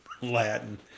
Latin